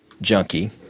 junkie